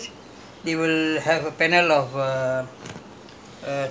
then after that end of the day after we have completed the research